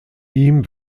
ihm